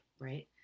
right